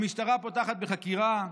המשטרה פותחת בחקירה.